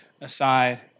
aside